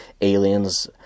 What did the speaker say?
aliens